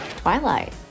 Twilight